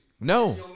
No